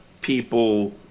people